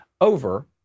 over